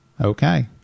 Okay